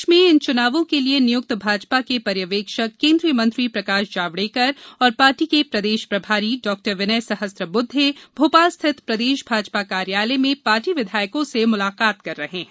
प्रदेश में इन चुनावों के लिये नियुक्त भाजपा के पर्यवेक्षक केन्द्रीय मंत्री प्रकाश जावड़ेकर और पार्टी के प्रदेश प्रभारी डॉ विनय सहस्त्रबुद्धे भोपाल स्थित प्रदेश भाजपा कार्यालय में पार्टी विधायकों से मुलाकात कर रहे हैं